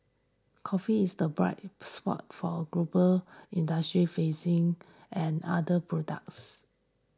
coffee is the bright spot for a global industry facing and other products